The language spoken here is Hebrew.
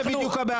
הם לא רוצחים.